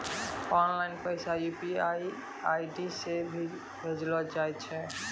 online पैसा UPI ID से भी भेजलो जाय छै